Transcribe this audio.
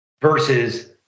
versus